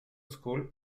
school